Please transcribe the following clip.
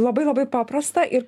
labai labai paprasta ir